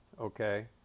okay